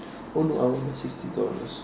oh no I want the sixty dollars